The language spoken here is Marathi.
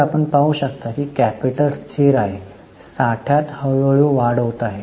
तर आपण पाहू शकता की कॅपिटल स्थिर आहे साठ्यात हळूहळू वाढ होत आहे